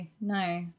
no